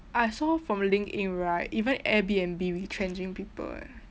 I saw from linkedin right even airbnb retrenching people eh